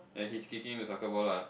ya he's kicking to soccer ball lah